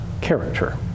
character